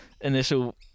initial